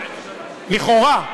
לכאורה,